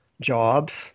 jobs